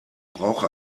brauche